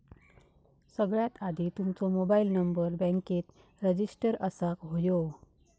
सगळ्यात आधी तुमचो मोबाईल नंबर बॅन्केत रजिस्टर असाक व्हयो